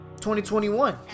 2021